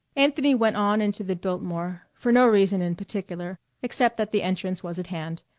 anthony went on into the biltmore, for no reason in particular except that the entrance was at hand,